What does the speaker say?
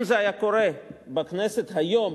אם זה היה קורה בכנסת היום,